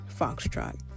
foxtrot